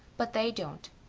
but they don't.